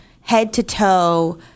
head-to-toe